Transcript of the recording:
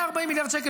140 מיליארד שקל,